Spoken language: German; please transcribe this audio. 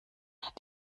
hat